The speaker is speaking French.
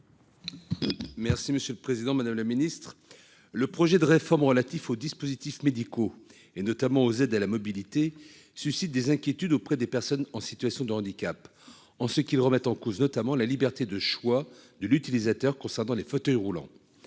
Merci, monsieur le Président Madame le Ministre. Le projet de réforme relatif aux dispositifs médicaux, et notamment aux aides à la mobilité suscite des inquiétudes auprès des personnes en situation de handicap en ce qu'ils remettent en cause notamment la liberté de choix de l'utilisateur. Concernant les fauteuils roulants.